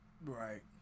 Right